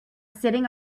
sitting